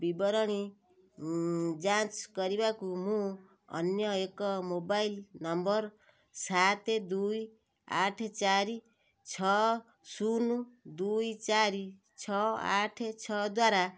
ବିବରଣୀ ଯାଞ୍ଚ କରିବାକୁ ମୁଁ ଅନ୍ୟ ଏକ ମୋବାଇଲ୍ ନମ୍ବର୍ ସାତ ଦୁଇ ଆଠ ଚାରି ଛଅ ଶୂନ ଦୁଇ ଚାରି ଛଅ ଆଠ ଛଅ ଦ୍ଵାରା